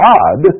God